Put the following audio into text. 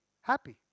happy